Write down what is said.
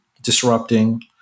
disrupting